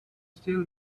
still